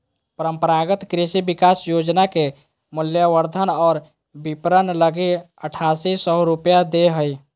परम्परागत कृषि विकास योजना के मूल्यवर्धन और विपरण लगी आठासी सौ रूपया दे हइ